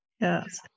Yes